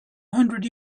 hundred